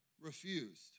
Refused